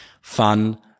Fun